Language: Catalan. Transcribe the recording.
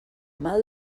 mal